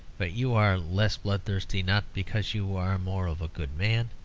but you are less bloodthirsty, not because you are more of a good man,